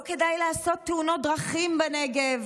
לא כדאי לעשות תאונות דרכים בנגב,